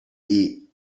eat